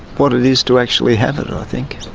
what it is to actually have it and i think.